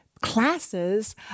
classes